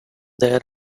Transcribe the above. there